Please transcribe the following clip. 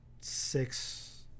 six